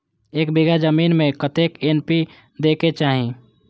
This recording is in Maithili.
एक बिघा जमीन में कतेक एन.पी.के देबाक चाही?